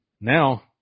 Now